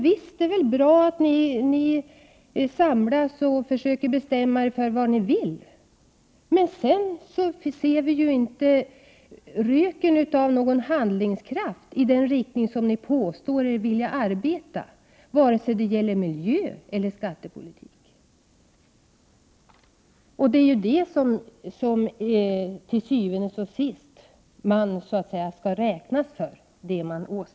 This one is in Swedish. Visst är det bra att ni samlas och försöker bestämma er för vad ni vill. Men vi ser ju inte röken av någon handlingskraft i den riktning ni påstår er vilja arbeta i, vare sig det gäller miljöeller skattepolitik. Det är ju vad man åstadkommer som man til syvende og sidst skall räknas för.